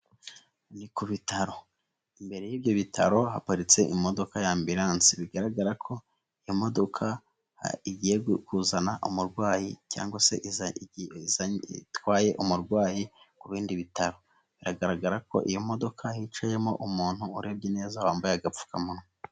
Ni ku bitaro imbere y'ibyo bitaro haparitse imodoka y'Ambulansi. Bigaragara ko iyo modoka igiye kuzana umurwayi cyangwa se itwaye umurwayi ku bindi bitaro. Biragaragara ko iyo modoka hicayemo umuntu urebye neza wambaye agapfukamunwa.